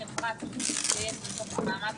כחברה אנחנו צריכים להתגייס ולעשות את המאמץ